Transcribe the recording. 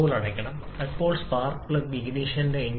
ഇവിടെ നിർവചിക്കേണ്ടതുണ്ട് അതിനെ തുല്യതാ അനുപാതം എന്ന് വിളിക്കുന്നു